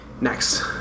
Next